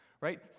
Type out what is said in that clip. right